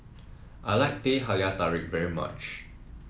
I like Teh Halia Tarik very much